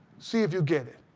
see if you get it.